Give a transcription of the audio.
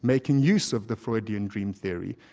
making use of the freudian dream theory,